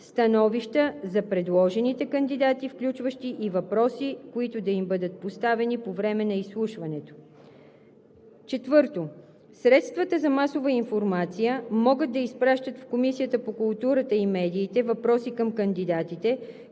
становища за предложените кандидати, включващи и въпроси, които да им бъдат поставени по време на изслушването. 4. Средствата за масова информация могат да изпращат в Комисията по културата и медиите въпроси към кандидатите,